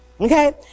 Okay